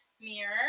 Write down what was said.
mirror